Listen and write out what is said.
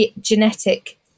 genetic